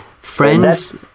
Friends